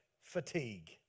fatigue